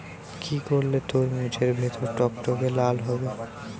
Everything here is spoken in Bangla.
কি করলে তরমুজ এর ভেতর টকটকে লাল হবে?